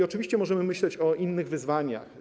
Oczywiście możemy myśleć o innych wyzwaniach.